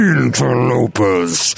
Interlopers